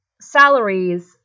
salaries